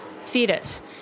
fetus